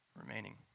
remaining